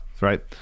right